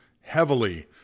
heavily